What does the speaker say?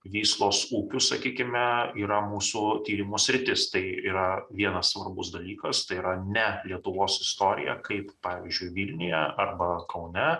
vyslos upių sakykime yra mūsų tyrimų sritis tai yra vienas svarbus dalykas tai yra ne lietuvos istorija kaip pavyzdžiui vilniuje arba kaune